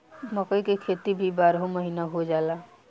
मकई के खेती भी बारहो महिना हो जाला